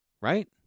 Right